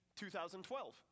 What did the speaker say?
2012